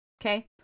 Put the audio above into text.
Okay